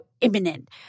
imminent